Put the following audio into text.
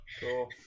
Cool